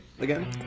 again